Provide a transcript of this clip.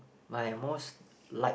my most liked